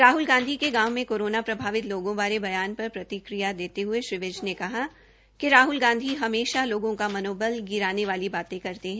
राहल गांधी के गांव कोरोना प्रभावित लोगों बारे बयान पर प्रतिक्रिया देते हये श्री विज कहा कि राहल गांधी हमेशा लोगों का मनोबल गिराने वाली बातें करते है